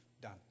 done